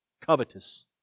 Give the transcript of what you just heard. covetous